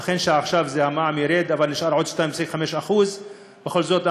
אכן, עכשיו המע"מ ירד, אבל נשאר עוד 2.5% בכל זאת.